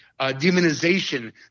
demonization